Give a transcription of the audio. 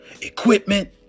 equipment